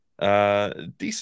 decent